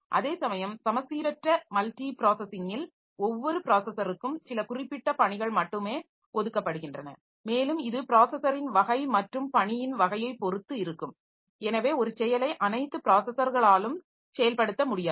அதேசமயம் சமச்சீரற்ற மல்டி ப்ராஸஸிங்கில் ஒவ்வொரு ப்ராஸஸருக்கும் சில குறிப்பிட்ட பணிகள் மட்டுமே ஒதுக்கப்படுகின்றன மேலும் இது ப்ராஸஸரின் வகை மற்றும் பணியின் வகையைப் பொறுத்து இருக்கும் எனவே ஒரு செயலை அனைத்து ப்ராஸஸர்களாலும் செயல்படுத்த முடியாது